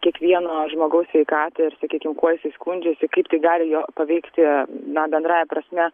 kiekvieno žmogaus sveikatą ir sakykim kuo jisai skundžiasi kaip tai gali jo paveikti na bendrąja prasme